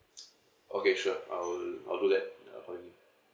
okay sure I will I'll do that in the enquiry